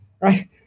Right